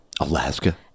Alaska